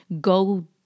go